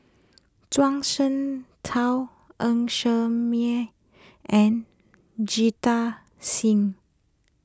Zhuang Shengtao Ng Ser Miang and Jita Singh